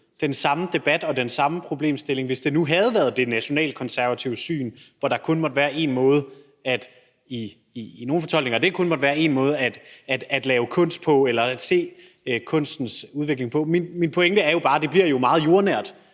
den samme debat og den samme problemstilling, hvis det nu havde været det nationalkonservative syn, hvor der ifølge nogle fortolkninger kun måtte være én måde at lave kunst på eller at se kunstens udvikling på. Min pointe er jo bare, at det bliver meget jordnært